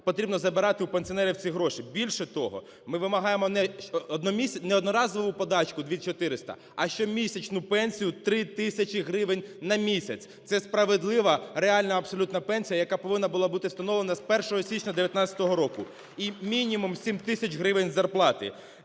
потрібно забирати у пенсіонерів ці гроші. Більше того, ми вимагаємо не одноразову подачку 2400, а щомісячну пенсію 3 тисячі гривень на місяць. Це справедлива, реальна абсолютно пенсія, яка повинна була бути встановлена з 1 січня 2019 року і мінімум 7 тисяч гривень зарплати.